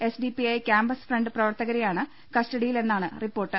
S D P I campus front പ്രവർത്തകരാണ് കസ്റ്റഡിയിലെന്നാണ് report